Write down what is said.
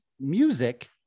music